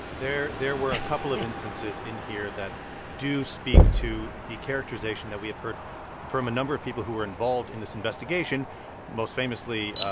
there there were a couple of instances in here that do speak to the characterization that we have heard from a number of people who were involved in this investigation most famously,